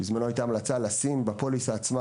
בזמנו הייתה המלצה לשים בפוליסה עצמה